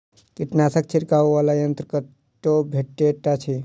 कीटनाशक छिड़कअ वला यन्त्र कतौ भेटैत अछि?